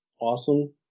awesome